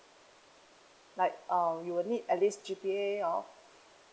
like uh you will need at least G P A of